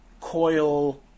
coil